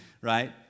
right